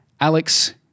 Alex